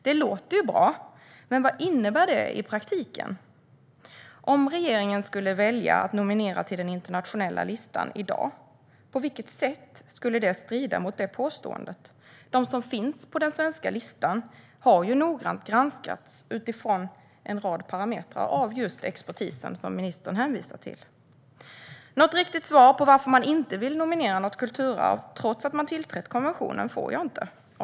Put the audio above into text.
Det låter bra, men vad innebär det i praktiken? Om regeringen skulle välja att nominera till den internationella listan i dag, på vilket sätt skulle det strida mot det påståendet? De som finns på den svenska listan har ju noggrant granskats utifrån en rad parametrar av just expertisen, som ministern hänvisar till. Något riktigt svar på varför man inte vill nominera något kulturarv, trots att man tillträtt konventionen, får jag inte.